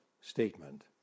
statement